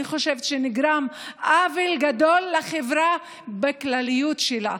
אני חושבת שנגרם עוול גדול לחברה בכלליות שלה.